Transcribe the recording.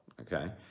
Okay